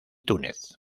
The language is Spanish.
túnez